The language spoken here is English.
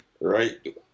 Right